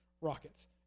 rockets